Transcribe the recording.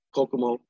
Kokomo